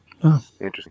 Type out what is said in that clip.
interesting